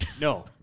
No